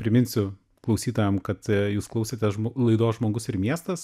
priminsiu klausytojam kad jūs klausėte žmo laidos žmogus ir miestas